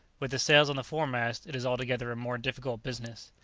with the sails on the fore-mast it is altogether a more difficult business.